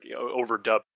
overdubbed